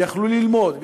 ויכלו ללמוד,